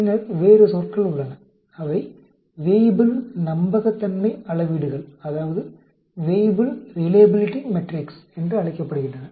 பின்னர் வேறு சொற்கள் உள்ளன அவை வேய்புல் நம்பகத்தன்மை அளவீடுகள் என்று அழைக்கப்படுகின்றன